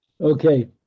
Okay